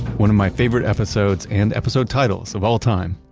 one of my favorite episodes and episode titles of all time,